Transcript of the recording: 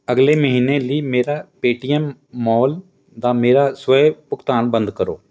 ਅਗਲੇ ਮਹੀਨੇ ਲਈ ਮੇਰਾ ਪੇਟੀਐੱਮ ਮੌਲ ਦਾ ਮੇਰਾ ਸਵੈ ਭੁਗਤਾਨ ਬੰਦ ਕਰੋ